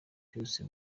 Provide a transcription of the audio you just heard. byose